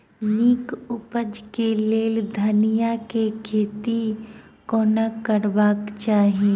नीक उपज केँ लेल धनिया केँ खेती कोना करबाक चाहि?